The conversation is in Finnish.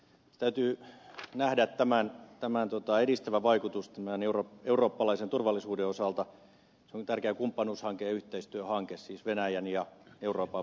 täytyy nähdä tämän edistävä vaikutus eurooppalaisen turvallisuuden osalta se on tärkeä kumppanuushanke ja yhteistyöhanke siis venäjän ja euroopan välillä